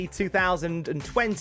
2020